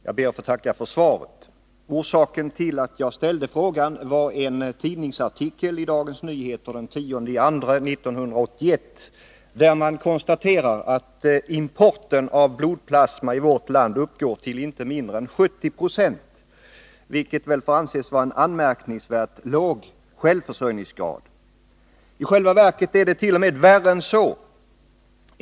Herr talman! Jag ber att få tacka för svaret. Orsaken till att jag ställde frågan var en tidningsartikel i Dagens Nyheter den 10 februari 1981, där man konstaterar att importen av blodplasma i vårt land uppgår till inte mindre än 70 96, vilket får anses vara en anmärkningsvärt låg självförsörjningsgrad. I själva verket är det t.o.m. värre än så.